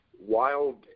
wild